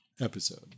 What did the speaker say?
episode